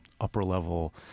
upper-level